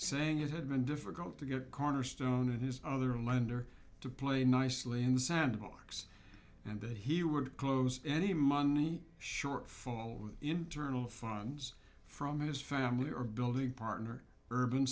saying it had been difficult to get cornerstone and his other lender to play nicely in the sandbox and that he would close any money shortfall of internal funds from his family or building partner urban